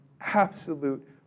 absolute